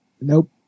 Nope